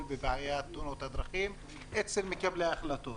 בבעיית תאונות הדרכים אצל מקבלי ההחלטות,